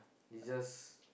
they just